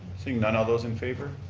seeing none, all those in favor.